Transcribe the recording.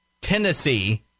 Tennessee